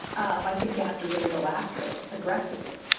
um i think you have to really go after it aggressively